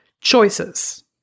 Choices